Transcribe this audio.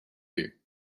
you